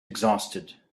exhausted